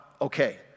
Okay